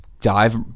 dive